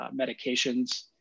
medications